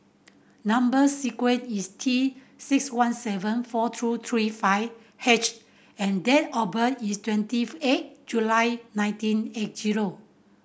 number square is T six one seven four two three five H and date of birth is twenty of eight July nineteen eight zero